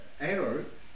errors